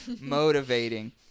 motivating